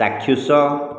ଚାକ୍ଷୁସ